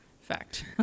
Fact